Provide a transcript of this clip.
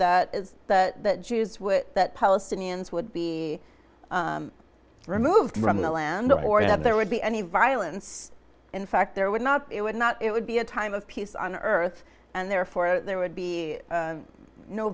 that is the jews with that palestinians would be removed from the land or that there would be any violence in fact there would not it would not it would be a time of peace on earth and therefore there would be